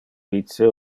vice